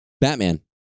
Batman